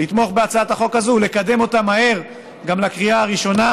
לתמוך בהצעת החוק הזאת ולקדם אותה מהר גם לקריאה הראשונה,